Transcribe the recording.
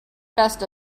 best